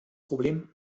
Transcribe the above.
problem